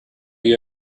you